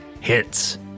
hits